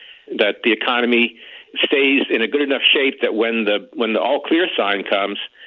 that the economy stays in a good enough shape that when the when the all-clear sign comes,